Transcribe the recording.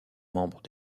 membres